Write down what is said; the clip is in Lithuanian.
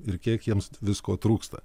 ir kiek jiems visko trūksta